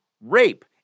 rape